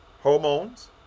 hormones